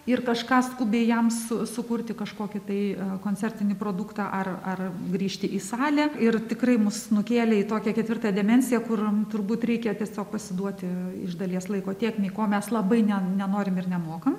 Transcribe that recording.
ir kažką skubiai jam su sukurti kažkokį tai koncertinį produktą ar ar grįžti į salę ir tikrai mus nukėlė į tokią ketvirtą demensiją kur turbūt reikia tiesiog pasiduoti iš dalies laiko tėkmei ko mes labai ne nenorim ir nemokam